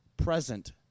Present